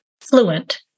fluent